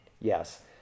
Yes